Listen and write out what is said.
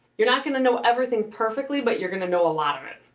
you're not gonna know everything perfectly but you're gonna know a lot of it.